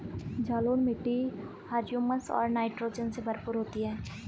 जलोढ़ मिट्टी हृयूमस और नाइट्रोजन से भरपूर होती है